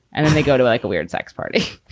and then they go to like a weird sex party.